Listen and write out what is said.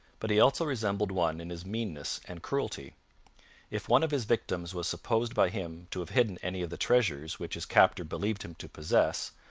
but he also resembled one in his meanness and cruelty if one of his victims was supposed by him to have hidden any of the treasures which his captor believed him to possess,